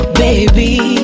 baby